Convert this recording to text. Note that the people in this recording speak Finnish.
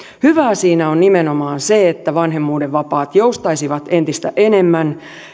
hyvää siinä on nimenomaan se että vanhemmuuden vapaat joustaisivat entistä enemmän